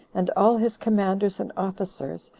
and all his commanders and officers,